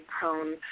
prone